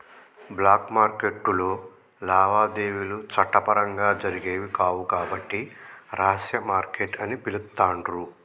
black మార్కెట్టులో లావాదేవీలు చట్టపరంగా జరిగేవి కావు కాబట్టి రహస్య మార్కెట్ అని పిలుత్తాండ్రు